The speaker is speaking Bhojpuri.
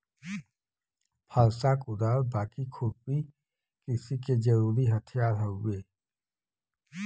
फरसा, कुदार, बाकी, खुरपी कृषि के जरुरी हथियार हउवे